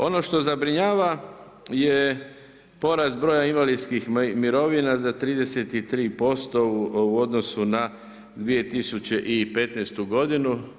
Ono što zabrinjava je porast broja invalidskih mirovina za 33% u odnosu na 2015. godinu.